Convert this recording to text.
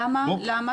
למה, למה?